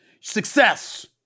Success